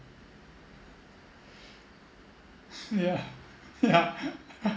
yeah yeah